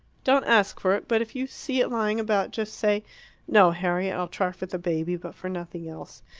don't ask for it but if you see it lying about, just say no, harriet i'll try for the baby, but for nothing else.